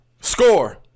Score